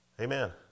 Amen